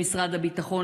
למשרד הביטחון,